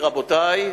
רבותי,